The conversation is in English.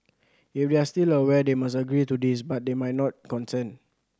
if they are still aware they must agree to this but they might not consent